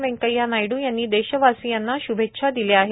वकय्या नायड् यांनी देशवार्यासयांना शुभेच्छा दिल्या आहेत